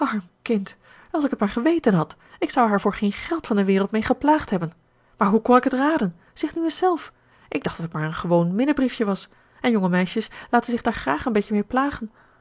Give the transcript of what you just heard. als ik t maar geweten had ik zou er haar voor geen geld van de wereld mee geplaagd hebben maar hoe kon ik het raden zeg nu eens zelf ik dacht dat het maar een gewoon minnebriefje was en jongemeisjes laten zich daar graag een beetje mee plagen